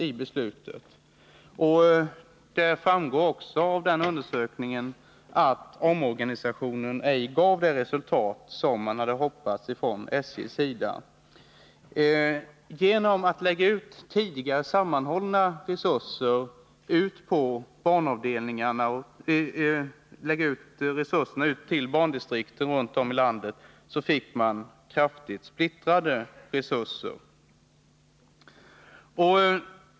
Undersökningen visar också att omorganisationen inte gav det resultat som SJ hade hoppats på. Genom att på bandistrikten runt om i landet lägga ut tidigare sammanhållna resurser fick man kraftigt splittrade resurser.